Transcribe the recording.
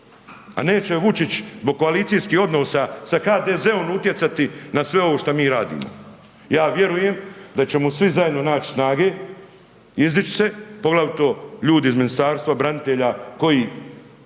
a neće Vučić zbog koalicijskih odnosa sa HDZ-om utjecati na sve ovo šta mi radimo. Ja vjerujem da ćemo svi zajedno naći snage, izdić se, poglavito ljudi iz Ministarstva branitelja koji